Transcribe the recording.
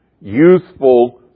youthful